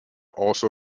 also